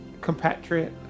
compatriot